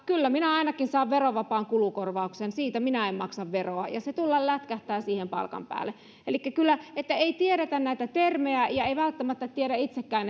kyllä minä ainakin saan verovapaan kulukorvauksen siitä minä en maksa veroa ja se tulla lätkähtää siihen palkan päälle elikkä ei tiedetä näitä termejä ja ei välttämättä tiedä itsekään